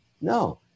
no